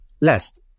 Lest